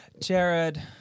Jared